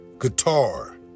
Guitar